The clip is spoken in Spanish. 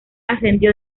ascendió